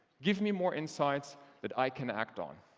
give me more insights that i can act on.